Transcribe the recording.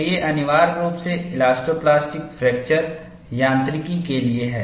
तो ये अनिवार्य रूप से इलास्टोप्लास्टिक फ्रैक्चर यांत्रिकी के लिए हैं